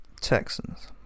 Texans